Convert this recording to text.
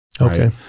Okay